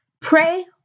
Pray